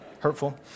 hurtful